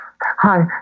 hi